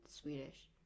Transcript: Swedish